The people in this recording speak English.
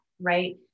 right